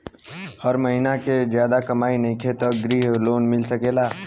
हमर महीना के ज्यादा कमाई नईखे त ग्रिहऽ लोन मिल सकेला?